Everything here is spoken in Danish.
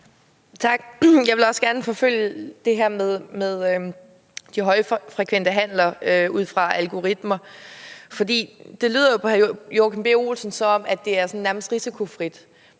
Tak. Jeg vil også gerne forfølge det her med de højfrekvente handler ud fra algoritmer. For det lyder jo på hr. Joachim B. Olsen, som om det sådan bare nærmest er risikofrit.